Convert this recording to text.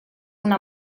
una